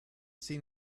seen